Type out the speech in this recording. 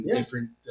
different